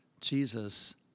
Jesus